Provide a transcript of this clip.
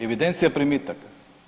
Evidencija primitaka?